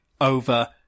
over